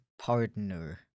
partner